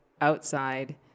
outside